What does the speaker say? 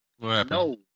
No